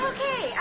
Okay